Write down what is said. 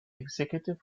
executive